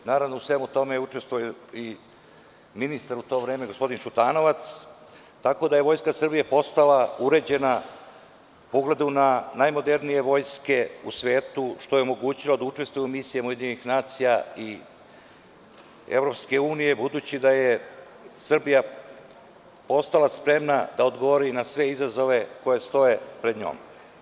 U svemu tome je učestvovao i ministar u to vreme, gospodin Šutanovac, tako da je Vojska Srbije postala uređena po ugledu na najmodernije vojske u svetu, što joj je omogućilo da učestvuje u misijama UN i EU, budući da je Srbija postala spremna da odgovori na sve izazove koji stoje pred njom.